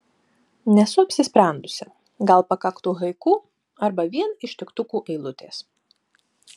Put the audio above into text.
nesu apsisprendusi gal pakaktų haiku arba vien ištiktukų eilutės